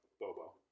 Bobo